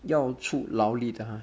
要出劳力的 !huh!